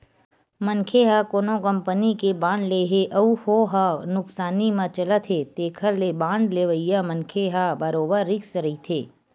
मनखे ह कोनो कंपनी के बांड ले हे अउ हो ह नुकसानी म चलत हे तेखर ले बांड लेवइया मनखे ह बरोबर रिस्क रहिथे